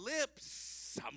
lips